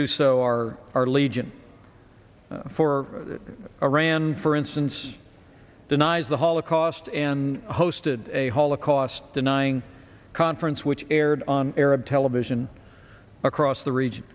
do so are are legion for iran for instance denies the holocaust and hosted a holocaust denying conference which aired on arab television across the region